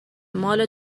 مال